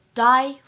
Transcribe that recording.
die